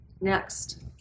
Next